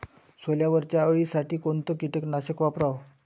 सोल्यावरच्या अळीसाठी कोनतं कीटकनाशक वापराव?